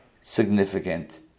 significant